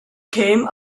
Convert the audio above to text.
came